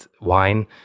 wine